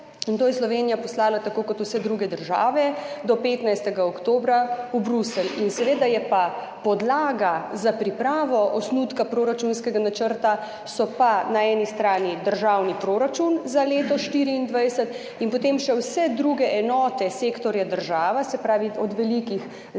in to je Slovenija poslala, tako kot vse druge države, do 15. oktobra v Bruselj. Seveda so pa podlaga za pripravo osnutka proračunskega načrta na eni strani državni proračun za leto 2024 in potem še vse druge enote sektorja država, se pravi od velikih zdravstvena